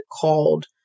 called